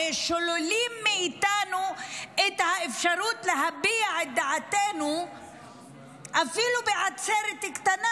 הרי שוללים מאיתנו את האפשרות להביע את דעתנו אפילו בעצרת קטנה,